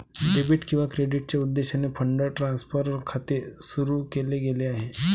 debit किंवा क्रेडिटच्या उद्देशाने फंड ट्रान्सफर खाते सुरू केले गेले आहे